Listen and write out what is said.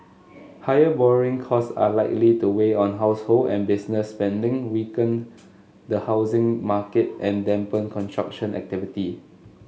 higher borrowing costs are likely to weigh on household and business spending weaken the housing market and dampen construction activity